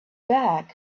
bag